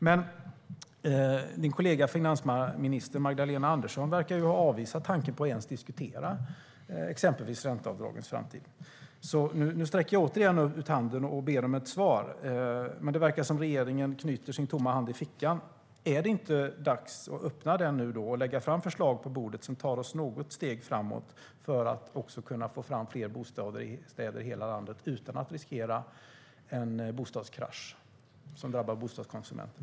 Men Per Bolunds kollega, finansminister Magdalena Andersson, verkar ha avvisat tanken på att ens diskutera exempelvis ränteavdragens framtid. Nu sträcker jag återigen ut handen och ber om ett svar. Men regeringen verkar knyta sin tomma hand i fickan. Är det inte dags att öppna den nu, att lägga fram förslag på bordet som tar oss något steg framåt, för att kunna få fram fler bostäder i hela landet utan att riskera en bostadskrasch som drabbar bostadskonsumenterna?